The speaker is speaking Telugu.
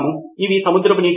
ప్రొఫెసర్ నోట్స్ కోసం వికీ